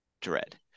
dread